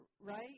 right